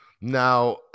Now